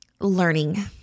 learning